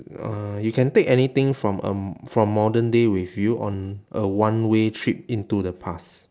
uh you can take anything from a from modern day with you on a one way trip into the past